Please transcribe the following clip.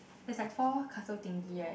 there's like four castle thingy right